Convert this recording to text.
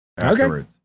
Okay